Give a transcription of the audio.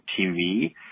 tv